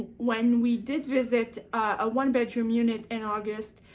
when we did visit a one-bedroom unit in august